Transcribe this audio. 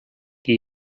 qui